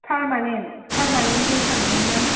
permanent पार्मानेन्टखौ सान्दोंमोन आङो